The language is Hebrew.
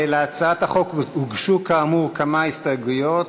להצעת החוק הוגשו כאמור כמה הסתייגויות.